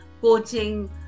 coaching